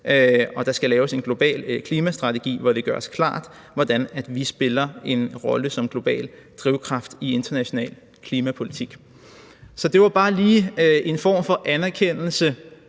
og der skal laves en global klimastrategi, hvor det gøres klart, hvordan vi spiller en rolle som global drivkraft i international klimapolitik. Det var bare lige for at komme med